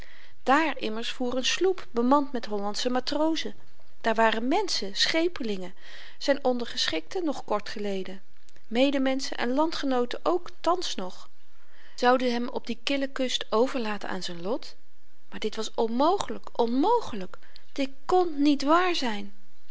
daar immers voer n sloep bemand met hollandsche matrozen daar waren menschen schepelingen zyn ondergeschikten nog kort geleden medemenschen en landgenooten ook thans nog zouden ze hem op die kille kust overlaten aan z'n lot maar dit was onmogelyk onmogelyk dit kon niet waar zyn